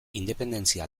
independentzia